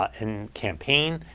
and campaign,